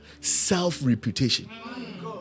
self-reputation